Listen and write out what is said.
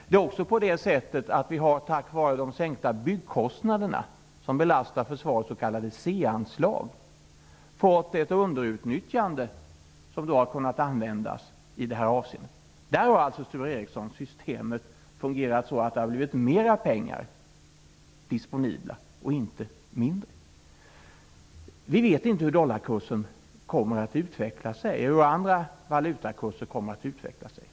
Det är också på det sättet att vi tack vare de sänkta byggkostnaderna, som belastar försvarets s.k. C anslag, har fått ett underutnyttjande som har kunnat användas i det här avseendet. Där har systemet fungerat så, Sture Ericson, att det har blivit mer pengar disponibla och inte mindre. Vi vet inte hur dollarkursen eller andra valutakurser kommer att utveckla sig.